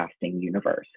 universe